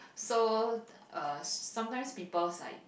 so uh sometimes people's like